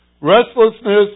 Restlessness